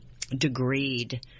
degreed